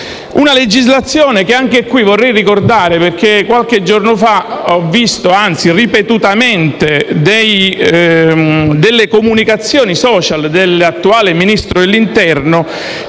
Una legislazione che anche qui vorrei ricordare perché qualche giorno fa - ripetutamente - ho visto delle comunicazioni *social* dell'attuale Ministro dell'interno